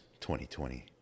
2020